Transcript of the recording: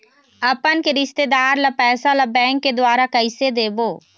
अपन के रिश्तेदार ला पैसा ला बैंक के द्वारा कैसे देबो?